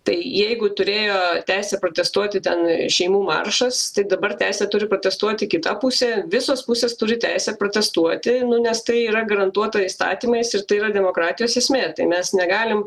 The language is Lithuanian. tai jeigu turėjo teisę protestuoti ten šeimų maršas tai dabar teisė turi protestuoti kita pusė visos pusės turi teisę protestuoti nes tai yra garantuota įstatymais ir tai yra demokratijos esmė tai mes negalim